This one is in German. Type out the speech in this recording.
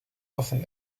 offen